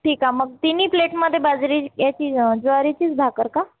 ठीक आहे मग तिन्ही प्लेटमध्ये बाजरी याची ज्वारीचीच भाकरी का